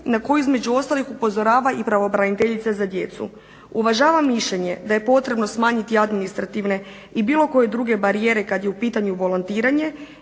na koju između ostalih upozorava i pravobraniteljica za djecu. Uvažava mišljenje da je potrebno smanjiti administrativne i bilo koje druge barijere kad je u pitanju volontiranje